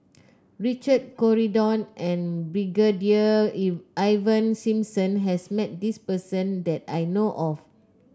Richard Corridon and Brigadier Ivan Simson has met this person that I know of